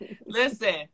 Listen